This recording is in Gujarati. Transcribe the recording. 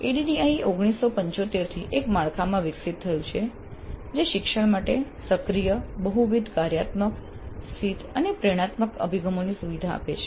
ADDIE 1975 થી એક માળખામાં વિકસિત થયું છે જે શિક્ષણ માટે સક્રિય બહુવિધ કાર્યાત્મક સ્થિત અને પ્રેરણાત્મક અભિગમોની સુવિધા આપે છે